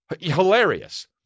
Hilarious